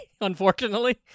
unfortunately